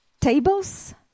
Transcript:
tables